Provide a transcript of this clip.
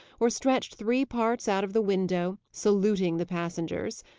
or stretched three parts out of the window, saluting the passengers.